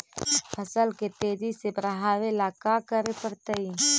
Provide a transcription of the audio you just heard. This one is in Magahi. फसल के तेजी से बढ़ावेला का करे पड़तई?